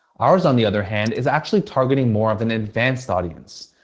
ours on the other hand is actually targeting more of an advanced audience.